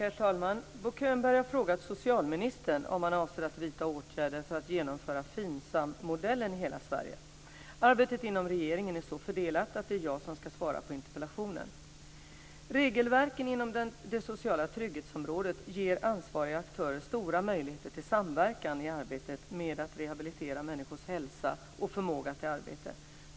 Herr talman! Bo Könberg har frågat socialministern om han avser att vidta åtgärder för att genomföra FINSAM-modellen i hela Sverige. Arbetet inom regeringen är så fördelat att det är jag som ska svara på interpellationen. Regelverken inom det sociala trygghetsområdet ger ansvariga aktörer stora möjligheter till samverkan i arbetet med att rehabilitera människors hälsa och förmåga till arbete.